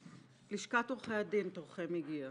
לשכת עורכי הדין, תורכם הגיע.